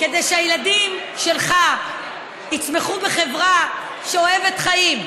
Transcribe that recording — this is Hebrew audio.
כדי שהילדים שלך יצמחו בחברה שאוהבת חיים,